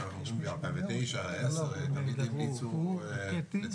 רשום לי ב-2009, 2010, תמיד המליצו לצמצם.